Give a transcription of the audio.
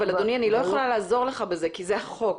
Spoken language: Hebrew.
אבל אדוני, אני לא יכולה לעזור לך בזה כי זה החוק.